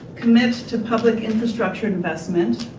commit to public infrastructure investment,